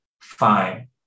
fine